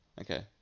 Okay